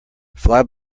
fly